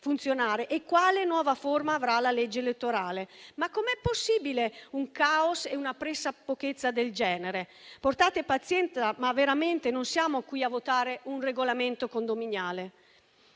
funzionare e quale nuova forma avrà la legge elettorale. Com'è possibile un caos e una pressapochezza del genere? Portate pazienza, ma veramente non siamo qui a votare un regolamento condominiale.